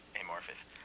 amorphous